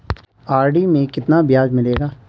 RD में कितना ब्याज मिलेगा?